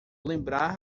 lembrar